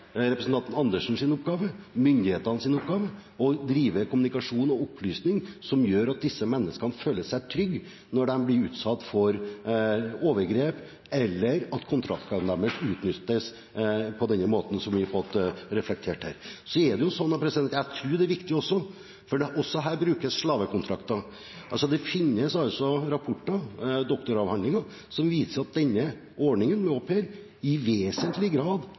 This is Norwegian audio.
representanten Andersens oppgave og myndighetenes oppgave å drive kommunikasjon og opplysning som gjør at disse menneskene føler seg trygge når de blir utsatt for overgrep, eller når kontraktene deres utnyttes på den måten vi har fått referert her. Det tror jeg er viktig, for også her brukes slavekontrakter. Det finnes altså rapporter, doktoravhandlinger, som viser at ordningen med au pair i vesentlig grad